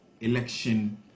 Election